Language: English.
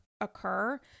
occur